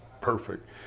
Perfect